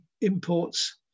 imports